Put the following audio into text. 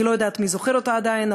אני לא יודעת מי זוכר אותה עדיין,